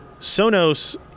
Sonos